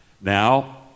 Now